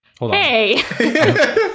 Hey